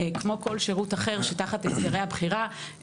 כמו כל שירות אחר שתחת הסדרי הבחירה,